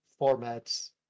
formats